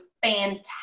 fantastic